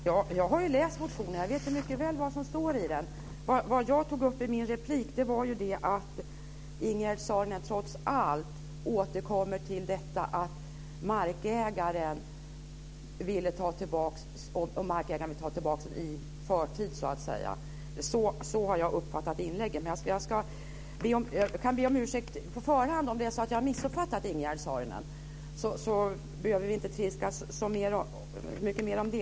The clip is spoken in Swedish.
Fru talman! Jag har läst motionen och vet mycket väl vad som står i den. Vad jag tog upp i min replik var att Ingegerd Saarinen trots allt återkommer till om markägaren vill ta tillbaka sin mark i förtid så att säga. Så har jag uppfattat inlägget. Men jag kan be om ursäkt på förhand om det är så att jag har missuppfattat Ingegerd Saarinen, så behöver vi inte trilskas så mycket mer om det.